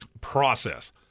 process